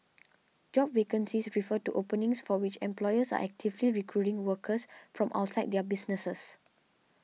job vacancies refer to openings for which employers are actively recruiting workers from outside their businesses